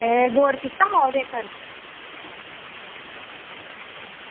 ते गौर कीता हा ओह्दे उप्पर